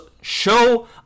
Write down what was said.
show